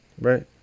Right